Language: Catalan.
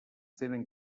tenen